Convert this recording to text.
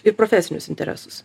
ir profesinius interesus